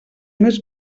més